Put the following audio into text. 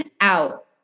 out